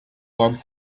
learned